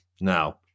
Now